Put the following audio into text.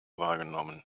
wahrgenommen